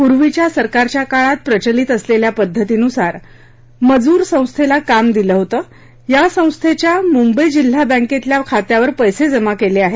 पूर्वीच्या सरकारच्या काळात प्रचलित असलेल्या पध्दतीनुसार मजूर संस्थेला काम दिलं होतं या संस्थेच्या मुंबई जिल्हा बँकेतल्या खात्यावर पैसे जमा केले आहेत